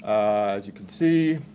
as you can see.